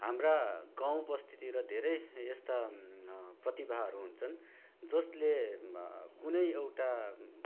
हाम्रा गाउँ बस्तीतिर धेरै यस्ता प्रतिभाहरू हुन्छन् जसले कुनै एउटा